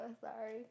Sorry